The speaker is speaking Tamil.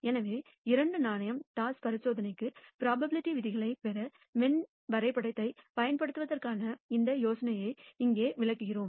எனவே 2 நாணயம் டாஸ் பரிசோதனைக்கு ப்ரோபபிலிட்டி விதிகளைப் பெற வென் வரைபடத்தைப் பயன்படுத்துவதற்கான இந்த யோசனையை இங்கே விளக்குகிறோம்